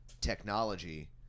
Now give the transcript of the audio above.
technology